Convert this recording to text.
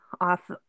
off